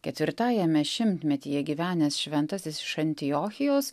ketvirtajame šimtmetyje gyvenęs šventasis iš antiochijos